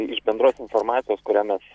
iš bendros informacijos kurią mes